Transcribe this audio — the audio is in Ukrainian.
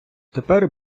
тепер